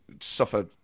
suffer